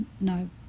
no